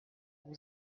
vous